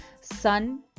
sun